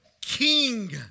king